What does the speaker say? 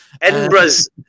Edinburgh's